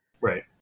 Right